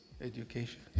Education